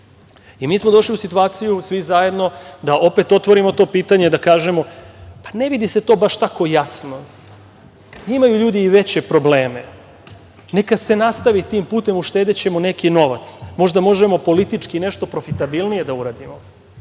Došli smo u situaciju svi zajedno da ponovo otvorimo to pitanje, da kažemo – ne vidi se to baš tako jasno. Imaju ljudi i veće probleme. Neka se nastavi tim putem, uštedećemo neki novac, možda možemo politički nešto profitabilnije da uradimo.